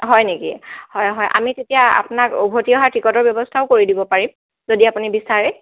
হয় নেকি হয় হয় আমি তেতিয়া আপোনাক উভতি অহাৰ টিকটৰ ব্যৱস্থাও কৰি দিব পাৰিম যদি আপুনি বিচাৰে